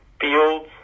fields